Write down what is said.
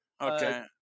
okay